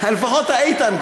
לפחות האיתן,